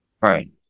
right